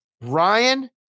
Ryan